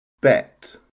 bet